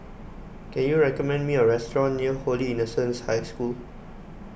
can you recommend me a restaurant near Holy Innocents' High School